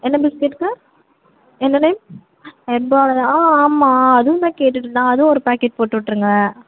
என்ன பிஸ்கெட்டுங்க என்ன நேம் ஹெர்பாலயா ஆ ஆமாம் அதுவும் தான் கேட்டுட்டிருந்தேன் அதுவும் ஒரு பேக்கெட் போட்டு விட்ருங்க